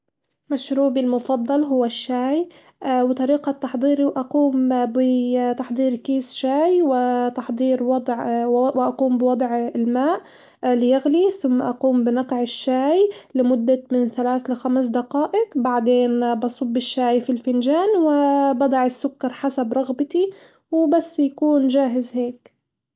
مشروبي المفضل هو الشاي، وطريقة تحضيره أقوم بتحضير كيس شاي وتحضير وضع وأقوم بوضع الماء ليغلي ثم أقوم بنقع الشاي لمدة من ثلاث لخمس دقائق، بعدين بصب الشاي في الفنجان و بضع السكر حسب رغبتي وبس يكون جاهز هيك.